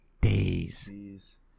days